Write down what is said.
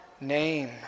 name